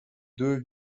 deux